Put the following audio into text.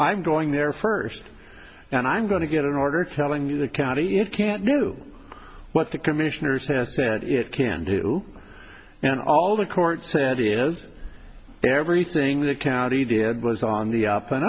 going there first and i'm going to get an order telling you the county it can't do what the commissioners has said it can do and all the court said is everything the county did was on the up and